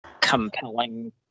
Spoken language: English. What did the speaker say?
compelling